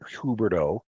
Huberto